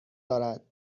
دارد